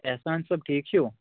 احسان صٲب ٹھیٖک چھِو